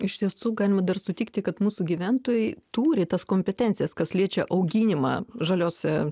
iš tiesų galima dar sutikti kad mūsų gyventojai turi tas kompetencijas kas liečia auginimą žaliose